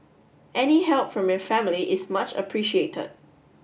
any help from your family is much appreciated